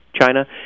China